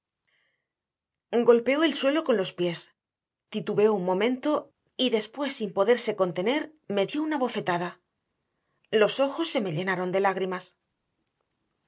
brazo golpeó el suelo con los pies titubeó un momento y después sin poderse contener me dio una bofetada los ojos se me llenaron de lágrimas